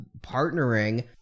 partnering